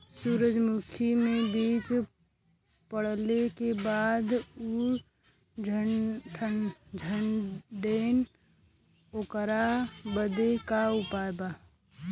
सुरजमुखी मे बीज पड़ले के बाद ऊ झंडेन ओकरा बदे का उपाय बा?